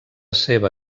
seva